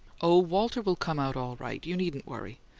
oh, walter will come out all right you needn't worry.